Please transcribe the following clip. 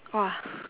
!wah!